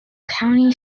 county